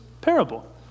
parable